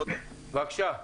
בבקשה.